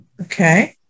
Okay